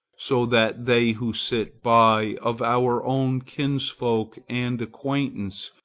so that they who sit by, of our own kinsfolk and acquaintance,